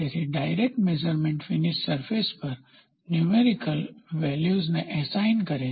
તેથી direct measurement finish surface પર numerical વેલ્યુને એસાઇન કરે છે